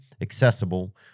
accessible